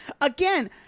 Again